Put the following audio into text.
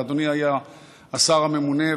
אדוני היה השר הממונה,